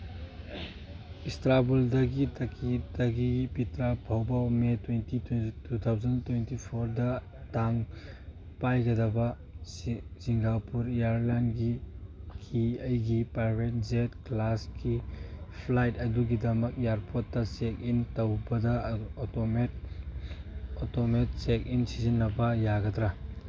ꯏꯁꯇꯥꯟꯕꯨꯜꯗꯒꯤ ꯇꯒꯤ ꯄꯤꯇ꯭ꯔꯥ ꯐꯥꯎꯕ May twenty two thousand twenty ꯐꯣꯔꯗ ꯇꯥꯡ ꯄꯥꯏꯒꯗꯕ ꯁꯤꯡꯒꯥꯄꯨꯔ ꯏꯌꯔꯂꯥꯏꯟꯒꯤ ꯀꯤ ꯑꯩꯒꯤ ꯄ꯭ꯔꯥꯏꯚꯦꯠ ꯖꯦꯠ ꯀ꯭ꯂꯥꯁꯀꯤ ꯐ꯭ꯂꯥꯏꯠ ꯑꯗꯨꯒꯤꯗꯃꯛ ꯏꯌꯔꯄꯣꯔꯠꯇ ꯆꯦꯛꯏꯟ ꯇꯧꯕꯗ ꯑꯇꯣꯃꯦꯠ ꯑꯣꯇꯣꯃꯦꯠ ꯆꯦꯛꯏꯟ ꯁꯤꯖꯤꯟꯅꯕ ꯌꯥꯒꯗ꯭ꯔ